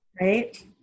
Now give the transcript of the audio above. Right